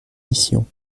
missions